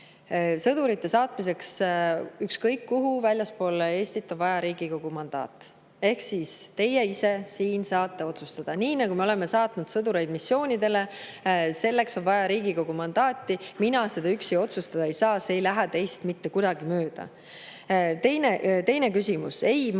Sõdurite saatmiseks ükskõik kuhu väljaspoole Eestit on vaja Riigikogu mandaati ehk siis teie ise saate siin otsustada. Nii nagu me oleme saatnud sõdureid missioonidele, selleks on vaja Riigikogu mandaati. Mina seda üksi otsustada ei saa, see ei lähe teist mitte kuidagi mööda. Teine küsimus. Ei, ma